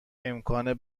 امکان